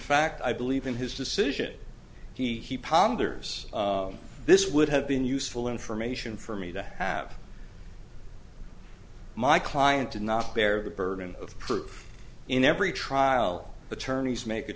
fact i believe in his decision he ponders this would have been useful information for me to have my client did not bear the burden of proof in every trial attorneys make a